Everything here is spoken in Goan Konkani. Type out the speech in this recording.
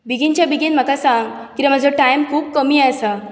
बेगीनच्या बेगीन म्हाका सांग बिकॉझ टायम खूब कमी आसा